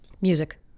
Music